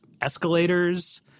escalators